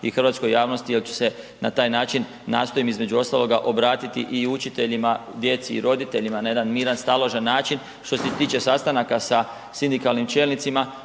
i hrvatskoj javnosti i na taj način nastojim između ostaloga obratiti i učiteljima, djeci i roditeljima na jedan miran staložen način. Štose tiče sastanaka sa sindikalnim čelnicima,